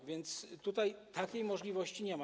A więc tutaj takiej możliwości nie ma.